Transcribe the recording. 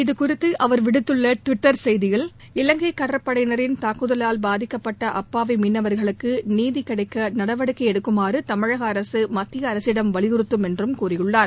இதுகுறித்து அவர் விடுத்துள்ள டுவிட்டர் செய்தியில் இலங்கை கடற்படையினரின் தாக்குதலால் பாதிக்கப்பட்ட அப்பாவி மீனவர்களுக்கு நீதி கிடைக்க நடவடிக்கை எடுக்குமாறு தமிழக அரசு மத்திய அரசிடம் வலியுறுத்தும் என்று கூறியுள்ளார்